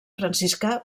franciscà